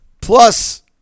plus